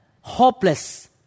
hopeless